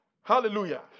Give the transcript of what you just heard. Hallelujah